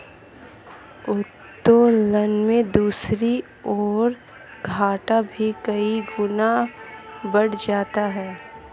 उत्तोलन में दूसरी ओर, घाटा भी कई गुना बढ़ जाता है